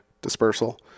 dispersal